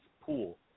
pool